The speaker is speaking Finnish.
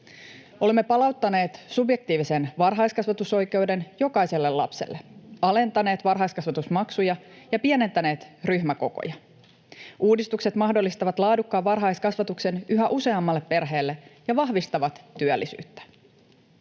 Olemme palauttaneet subjektiivisen varhaiskasvatusoikeuden jokaiselle lapselle, alentaneet varhaiskasvatusmaksuja ja pienentäneet ryhmäkokoja. Uudistukset mahdollistavat laadukkaan varhaiskasvatuksen yhä useammalle perheelle ja vahvistavat työllisyyttä.